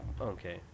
okay